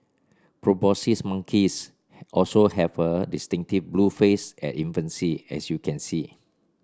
proboscis monkeys also have a distinctive blue face at infancy as you can see